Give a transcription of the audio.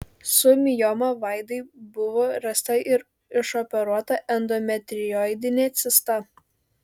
su mioma vaidai buvo rasta ir išoperuota endometrioidinė cista